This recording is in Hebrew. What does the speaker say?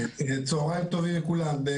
צוהריים טובים לכולם.